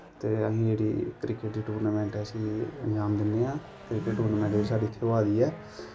ते अस जेह्ड़ी क्रिकेट दी दूर्नामैंट उसी अंजाम दिन्ने आं ते टूर्नामैंट साढ़े इत्थें होआ दी ऐ